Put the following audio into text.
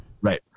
right